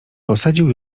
posadził